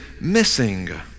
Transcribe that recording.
missing